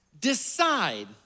decide